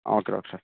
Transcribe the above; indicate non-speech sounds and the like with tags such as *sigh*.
okay *unintelligible*